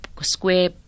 square